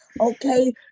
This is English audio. okay